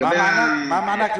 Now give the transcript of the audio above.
מה המענק?